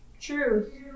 Truth